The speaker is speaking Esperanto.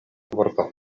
vorto